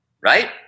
right